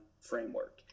framework